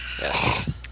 Yes